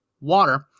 water